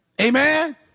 Amen